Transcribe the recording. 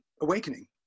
awakening